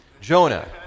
Jonah